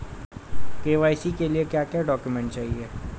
KYC के लिए क्या क्या डॉक्यूमेंट चाहिए?